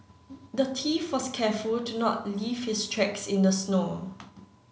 the thief was careful to not leave his tracks in the snow